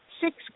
Six